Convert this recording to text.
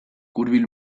hurbil